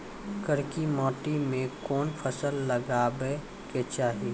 करकी माटी मे कोन फ़सल लगाबै के चाही?